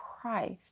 Christ